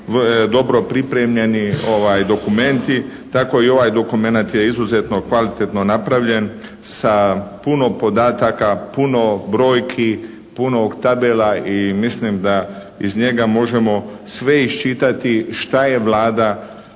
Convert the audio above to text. dobro pripremljeni dokumenti. Tako i ovaj dokumenat je izuzetno kvalitetno napravljen sa puno podataka, puno brojki, puno tabela i mislim da iz njega možemo sve iščitati šta je Vlada